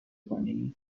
کنی